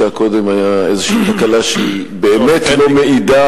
כי מה שקרה קודם היה איזושהי תקלה שבאמת לא מעידה,